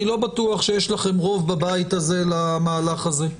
אני לא בטוח שיש לכם רוב בבית הזה למהלך הזה.